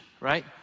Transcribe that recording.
right